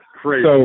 Crazy